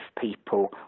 people